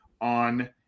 on